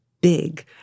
big